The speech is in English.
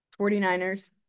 49ers